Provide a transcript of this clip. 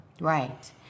Right